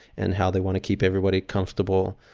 and how they want to keep everybody comfortable,